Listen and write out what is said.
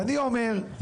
ואני אומר,